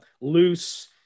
loose